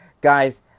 guys